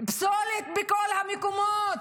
פסולת בכל המקומות,